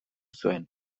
zuen